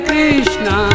Krishna